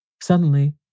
Suddenly